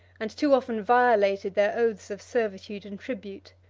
and too often violated their oaths of servitude and tribute.